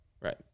Right